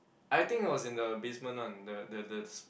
I think it was in the basement one the the the s~